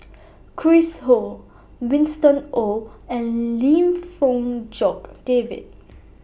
Chris Ho Winston Oh and Lim Fong Jock David